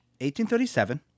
1837